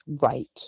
Right